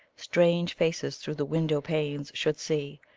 strange faces through the window-panes should see,